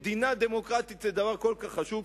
מדינה דמוקרטית היא דבר כל כך חשוב,